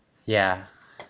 ya